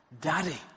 Daddy